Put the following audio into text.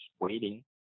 waiting